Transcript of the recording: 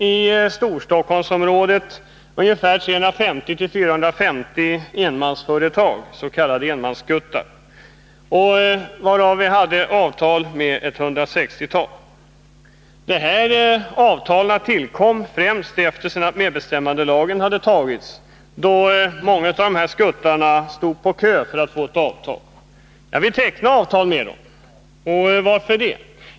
I Storstockholmsområdet finns det ungefär 350-450 enmansföretag, s.k. enmansskuttar, varav vi hade avtal med ca 160. De avtalen tillkom främst efter det att medbestämmandelagen hade antagits, då många av de där skuttarna stod i kö för att få ett avtal. Vi tecknade avtal med dem. Varför det?